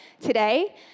today